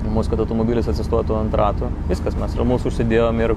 mus kad automobilis atsistotų ant ratų viskas mes ramus susidėjom ir